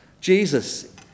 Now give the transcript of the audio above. Jesus